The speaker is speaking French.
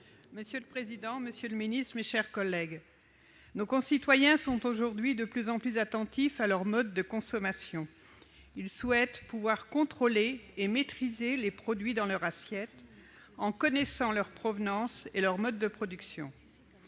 Monsieur le président, monsieur le ministre, mes chers collègues, nos concitoyens sont aujourd'hui de plus en plus attentifs à leur mode de consommation. Ils souhaitent pouvoir contrôler et maîtriser les produits dans leur assiette, en connaissant leur provenance et leur mode de production.